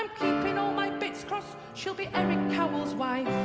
keeping all my bits cause she'll be eric powell's wife